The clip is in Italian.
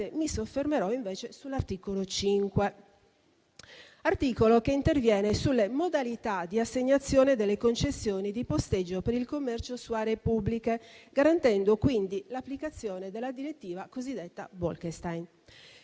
mi soffermerò invece sull'articolo 5, che interviene sulle modalità di assegnazione delle concessioni di posteggio per il commercio su aree pubbliche, garantendo quindi l'applicazione della direttiva cosiddetta Bolkestein.